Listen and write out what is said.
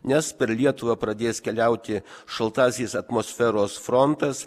nes per lietuvą pradės keliauti šaltasis atmosferos frontas